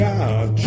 God